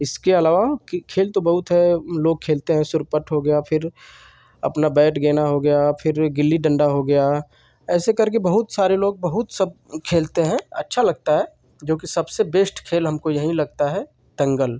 इसके अलावा कि खेल तो बहुत हैं लोग खेलते हैं सुरपट्टा हो गया फिर अपना बैट गेन्द हो गया फिर गिल्ली डन्डा हो गया ऐसे करके बहुत सारे लोग बहुत सब खेलते हैं अच्छा लगता है जोकि सबसे बेस्ट खेल हमको यही लगता है दंगल